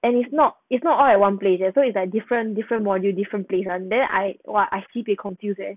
and it's not it's not all at one place so it's like different different module different place [one] then I !wah! I sibei confused leh